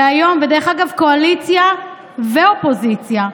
דרך אגב, קואליציה ואופוזיציה.